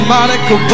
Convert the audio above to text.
Monica